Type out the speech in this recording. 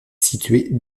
située